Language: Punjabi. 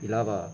ਇਲਾਵਾ